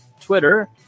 Twitter